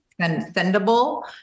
sendable